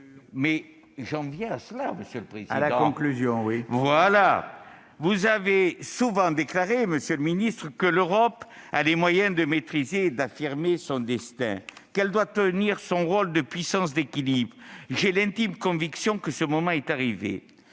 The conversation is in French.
J'y viens, monsieur le président ! Vous avez souvent déclaré, monsieur le ministre, que l'Europe a les moyens de maîtriser et d'affirmer son destin et qu'elle doit tenir son rôle de puissance d'équilibre. J'ai l'intime conviction que ce moment est arrivé.